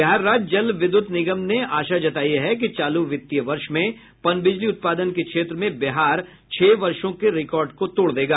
बिहार राज्य जल विद्युत निगम ने आशा जतायी है कि चालू वित्तीय वर्ष में पनबिजली उत्पादन के क्षेत्र में बिहार छह वर्षो के रिकॉर्ड को तोड़ देगा